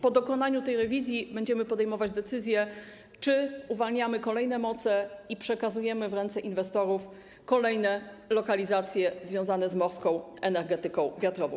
Po dokonaniu tej rewizji będziemy podejmować decyzje, czy uwalniamy kolejne moce i przekazujemy w ręce inwestorów kolejne lokalizacje związane z morską energetyką wiatrową.